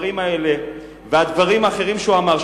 הדברים האלה והדברים האחרים שהוא אמר,